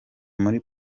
muri